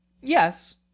yes